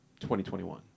2021